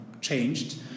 changed